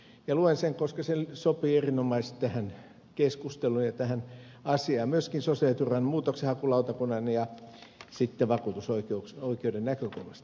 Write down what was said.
luen sen koska se sopii erinomaisesti tähän keskusteluun ja tähän asiaan myöskin sosiaaliturvan muutoksenhakulautakunnan ja vakuutusoikeuden näkökulmasta